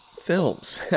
films